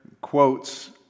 quotes